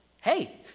hey